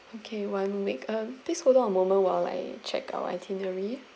okay one week um please hold on a moment while I check our itinerary